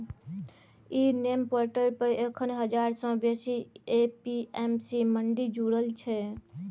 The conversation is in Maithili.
इ नेम पोर्टल पर एखन हजार सँ बेसी ए.पी.एम.सी मंडी जुरल छै